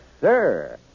sir